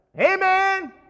Amen